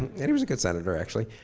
and he was a good senator, actually.